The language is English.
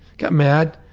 got mad.